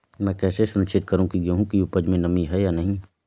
मैं कैसे सुनिश्चित करूँ की गेहूँ की उपज में नमी है या नहीं?